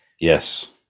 Yes